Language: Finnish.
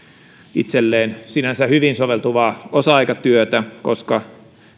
itselleen sinänsä hyvin soveltuvaa osa aikatyötä koska